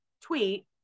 tweet